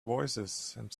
voicesand